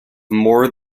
more